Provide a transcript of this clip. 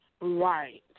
Right